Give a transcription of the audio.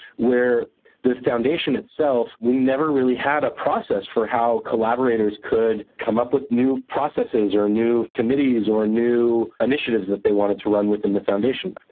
where the foundation itself we never really had a process for how collaborators could come up with new processes or new committees or new initiatives that they wanted to run within the foundation.